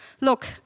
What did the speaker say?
look